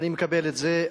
אני מקבל את זה.